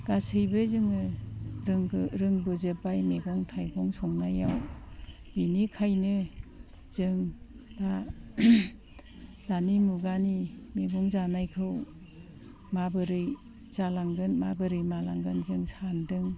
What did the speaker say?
गासैबो जोङो रोंबोजोब्बाय मैगं थाइगं संनायाव बेनिखायनो जों दा दानि मुगानि मैगं जानायखौ माबोरै जालांगोन माबोरै मालांगोन जों सान्दों